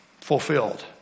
Fulfilled